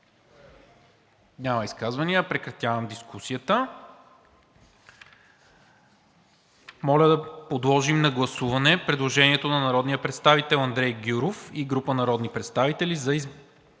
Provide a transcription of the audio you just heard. ли изказвания? Няма. Прекратявам дискусията. Моля да подложим на гласуване предложението на народния представител Андрей Гюров и група народни представители за допълнение